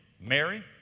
Mary